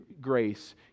grace